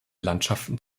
landschaften